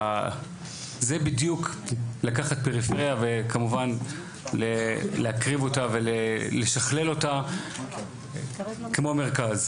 זה בדיוק לקחת פריפריה ולקרב אותה ולשכלל אותה כמו מרכז,